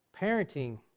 parenting